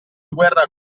guerra